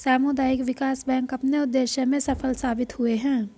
सामुदायिक विकास बैंक अपने उद्देश्य में सफल साबित हुए हैं